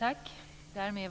Fru talman!